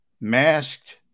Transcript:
masked